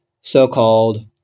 so-called